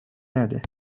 نده